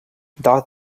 does